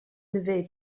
vefe